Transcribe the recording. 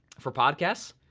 for podcasts.